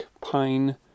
pine